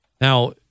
Now